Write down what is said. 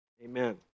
amen